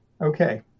Okay